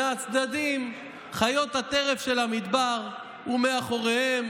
מהצדדים חיות הטרף של המדבר, ומאחוריהם